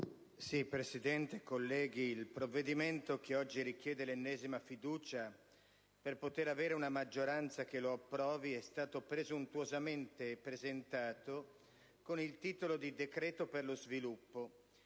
Presidente, colleghi, il provvedimento che oggi richiede l'ennesima fiducia per poter avere una maggioranza che lo approvi è stato presuntuosamente presentato come decreto per lo sviluppo,